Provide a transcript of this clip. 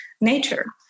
nature